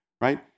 Right